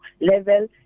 level